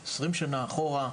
20 שנה אחורה,